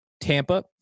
Tampa